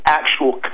actual